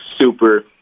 super